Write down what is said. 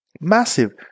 Massive